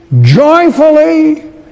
joyfully